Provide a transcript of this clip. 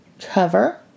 cover